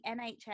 nhs